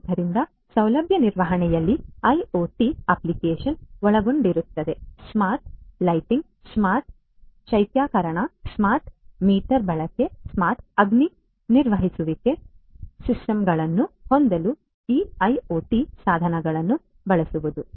ಆದ್ದರಿಂದ ಸೌಲಭ್ಯ ನಿರ್ವಹಣೆಯಲ್ಲಿ ಐಒಟಿ ಅಪ್ಲಿಕೇಶನ್ ಒಳಗೊಂಡಿರುತ್ತದೆ ಸ್ಮಾರ್ಟ್ ಲೈಟಿಂಗ್ ಸ್ಮಾರ್ಟ್ ಶೈತ್ಯೀಕರಣ ಸ್ಮಾರ್ಟ್ ಮೀಟರ್ ಬಳಕೆ ಸ್ಮಾರ್ಟ್ ಅಗ್ನಿ ನಿಗ್ರಹಿಸುವಿಕೆ ಸಿಸ್ಟಮ್ಗಳನ್ನು ಹೊಂದಲು ಈ ಐಒಟಿ ಸಾಧನಗಳನ್ನು ಬಳಸುವುದು